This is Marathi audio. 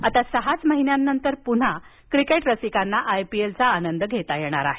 आता सहाच महिन्यांनंतर पुन्हा क्रिकेट रसिकांना आयपीएलचा आनंद घेता येणार आहे